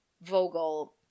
Vogel